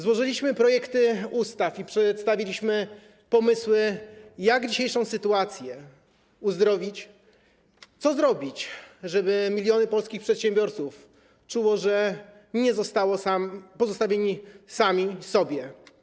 Złożyliśmy projekty ustaw i przedstawiliśmy pomysły, jak dzisiejszą sytuację uzdrowić, co zrobić, żeby miliony polskich przedsiębiorców czuło, że nie zostali pozostawieni sami sobie.